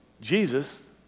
Jesus